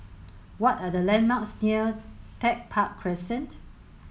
what are the landmarks near Tech Park Crescent